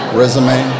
resume